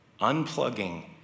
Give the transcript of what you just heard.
unplugging